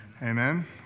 Amen